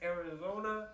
Arizona